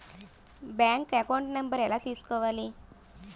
Bank account number ఎలా తీసుకోవాలి?